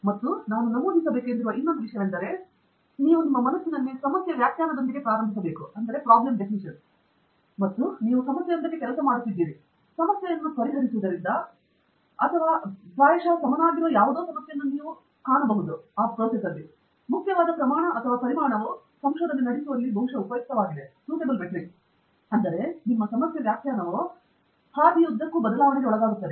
ಮತ್ತು ನಾನು ನಮೂದಿಸಬೇಕೆಂದಿರುವ ಇನ್ನೊಂದು ವಿಷಯವೆಂದರೆ ಸಂಶೋಧನೆಯಲ್ಲಿ ನೀವು ಸಮಸ್ಯೆಯ ವಿವರಣೆಯನ್ನು ಮನಸ್ಸಿನಲ್ಲಿ ಪ್ರಾರಂಭಿಸಬಹುದು ಮತ್ತು ನೀವು ಸಮಸ್ಯೆಯೊಂದಕ್ಕೆ ಕೆಲಸ ಮಾಡುತ್ತಿದ್ದೀರಿ ಸಮಸ್ಯೆಯನ್ನು ಪರಿಹರಿಸುವುದು ಅಗತ್ಯವಿರುವ ಅಥವಾ ಪ್ರಾಯಶಃ ಅಥವಾ ಸಮನಾಗಿರುವ ಯಾವುದೋ ಸಮಸ್ಯೆಯನ್ನು ನೀವು ಕಾಣಬಹುದು ಮುಖ್ಯವಾದ ಪ್ರಮಾಣ ಅಥವಾ ಪರಿಮಾಣವು ಬಹುಶಃ ಸಂಶೋಧನೆ ನಡೆಸುವುದರಲ್ಲಿ ಉಪಯುಕ್ತವಾಗಿದೆ ಅಂದರೆ ನಿಮ್ಮ ಸಮಸ್ಯೆ ವ್ಯಾಖ್ಯಾನವು ಹಾದಿಯುದ್ದಕ್ಕೂ ಬದಲಾವಣೆಗೆ ಒಳಗಾಗುತ್ತದೆ